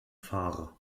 fahrer